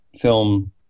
film